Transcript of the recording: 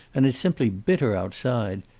and it's simply bitter outside.